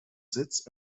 sitz